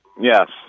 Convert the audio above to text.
Yes